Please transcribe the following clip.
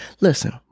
Listen